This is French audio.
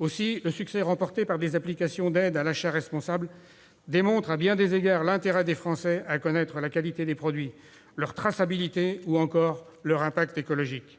Le succès remporté par les applications d'aide à l'achat responsable démontre aussi, à bien des égards, l'intérêt des Français pour connaître la qualité des produits, leur traçabilité ou encore leur impact écologique.